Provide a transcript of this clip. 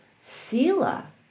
sila